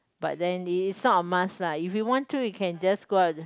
but then it is not a must lah if you want to you can just go out